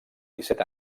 disset